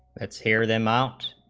hits hear them out